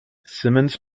simmons